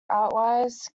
outliers